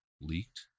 leaked